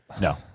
No